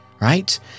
right